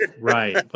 right